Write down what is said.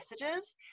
messages